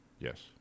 Yes